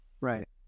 right